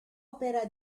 opera